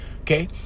Okay